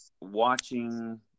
watching